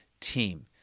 team